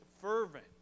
fervent